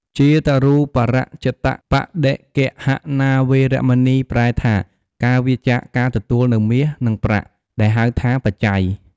ជាតរូបរជតប្បដិគ្គហណា វេរមណី ប្រែថា ការវៀរចាកការទទួលនូវមាស និងប្រាក់ ដែលហៅថា បច្ច័យ។